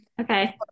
Okay